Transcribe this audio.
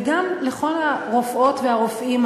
וגם לכל הרופאות והרופאים,